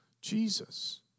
Jesus